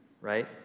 right